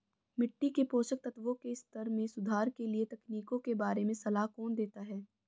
मिट्टी के पोषक तत्वों के स्तर में सुधार के लिए तकनीकों के बारे में सलाह कौन देता है?